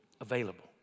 Available